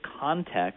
context